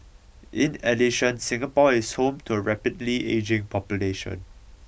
in addition Singapore is home to a rapidly ageing population